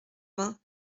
vingts